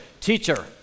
teacher